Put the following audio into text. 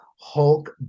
Hulk